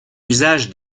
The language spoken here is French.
usage